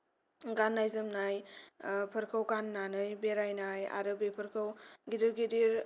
गाननाय जोमनाय फोरखौ गाननानै बेरायनाय आरो बेफोरखौ गिदिर गिदिर